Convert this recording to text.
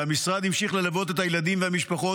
והמשרד המשיך ללוות את הילדים והמשפחות